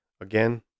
Again